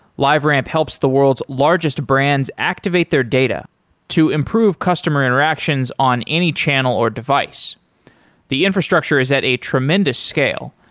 liveramp helps the world's largest brands activate their data to improve customer interactions on any channel or device the infrastructure is at a tremendous scale.